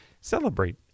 celebrate